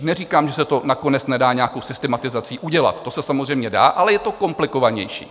Neříkám, že se to nakonec nedá nějakou systematizací udělat, to se samozřejmě dá, ale je to komplikovanější.